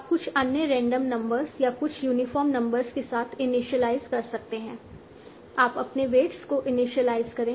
आप कुछ अन्य रैंडम नंबर्स या कुछ यूनिफ़ॉर्म नंबर्स के साथ इनिशियलाइज़ कर सकते हैं आप अपने वेट्स को इनिशियलाइज़ करें